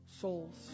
souls